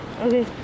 okay